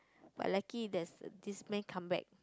but lucky there's this man come back